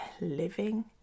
living